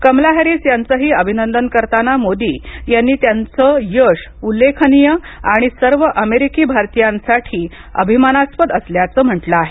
Kamala Harris यांचेही अभिनंदन करताना मोदी यांनी त्यांचे यश उल्लेखनीय आणि सर्व अमेरिकी भारतीयांसाठी अभिमानास्पद असल्याचे म्हटले आहे